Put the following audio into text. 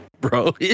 Bro